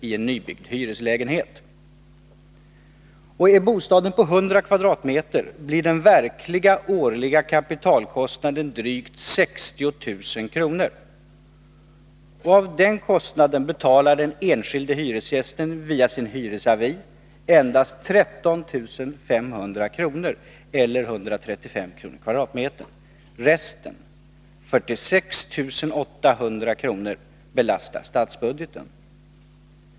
i en nybyggd hyreslägenhet. Är bostaden 100 m? blir den verkliga årliga kapitalkostnaden drygt 60 000 kr. Av den kostnaden betalar den enskilde hyresgästen, via sin hyresavi, endast 13 500 kr. eller 135 kr./m?. Resten — 46 800 kr. — belastar statsbudgeten.